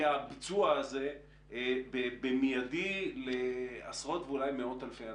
הביצוע הזה במידי לעשרות ואולי מאות אלפי אנשים.